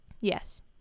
Yes